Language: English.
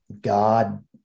God